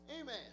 Amen